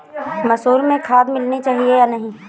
मसूर में खाद मिलनी चाहिए या नहीं?